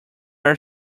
our